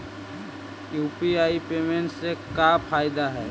UPI payment से का फायदा है?